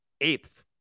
eighth